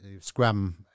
scrum